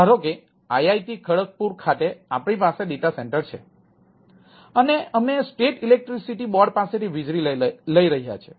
ધારો કે આઈઆઈટી ખડગપુર ખાતે આપણી પાસે ડેટા સેન્ટર છે અને અમે સ્ટેટ ઇલેક્ટ્રિસિટી બોર્ડ પાસેથી વીજળી લઈ રહ્યા છીએ